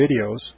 videos